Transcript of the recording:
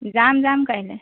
যাম যাম কাইলৈ